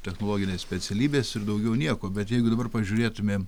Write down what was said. technologinės specialybės ir daugiau nieko bet jeigu dabar pažiūrėtumėm